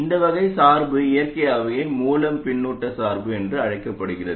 இந்த வகை சார்பு இயற்கையாகவே மூல பின்னூட்ட சார்பு என்று அழைக்கப்படுகிறது